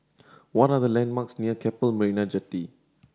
what are the landmarks near Keppel Marina Jetty